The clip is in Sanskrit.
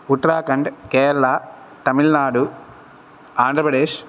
उत्तराकण्ड् केरला तमिल्नाडु आन्ध्रप्रदेश्